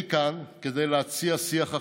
אני כאן כדי להציע שיח אחר,